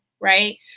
right